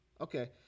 Okay